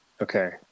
Okay